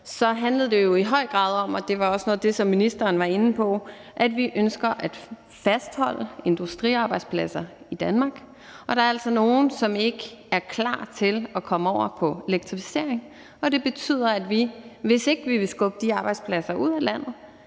handlede det jo i høj grad om – og det var også noget af det, som ministeren var inde på – at vi ønsker at fastholde industriarbejdspladser i Danmark, og der er altså nogen, som ikke er klar til at komme over på elektrificering, og det betyder, at vi, hvis ikke vi vil skubbe de arbejdspladser ud af landet,